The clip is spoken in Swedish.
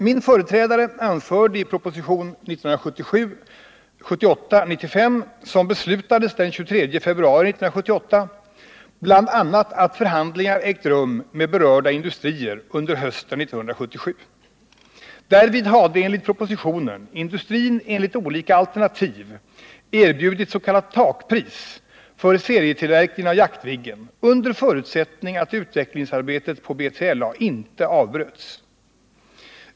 Min företrädare anförde i propositionen 1977/78:95, som beslutades den 23 februari 1978, bl.a. att förhandlingar ägt rum med berörda industrier under hösten 1977. Därvid hade enligt propositionen industrin enligt olika alternativ erbjudit s.k. takpris för serietillverkningen av Jaktviggen under 5 Nr 46 förutsättning att utvecklingsarbetet på B3LA inte avbröts.